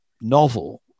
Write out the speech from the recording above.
novel